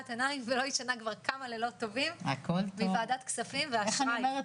עיניים ולא ישנה כבר כמה לילות טובים בוועדת כספים --- איך אני אומרת?